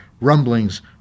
rumblings